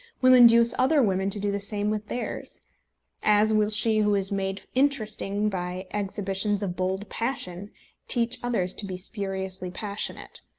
will induce other women to do the same with theirs as will she who is made interesting by exhibitions of bold passion teach others to be spuriously passionate.